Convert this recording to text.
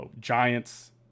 Giants